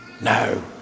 No